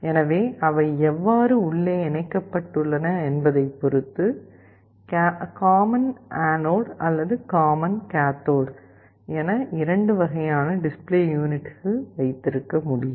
எனவே அவை எவ்வாறு உள்ளே இணைக்கப்பட்டுள்ளன என்பதைப் பொறுத்து காமன் ஆனோட் அல்லது காமன் கேத்தோடு என 2 வகையான டிஸ்ப்ளே யூனிட்கள் வைத்திருக்க முடியும்